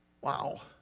Wow